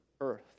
earth